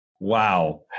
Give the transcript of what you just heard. Wow